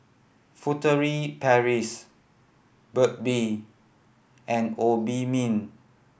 Furtere Paris Burt Bee and Obimin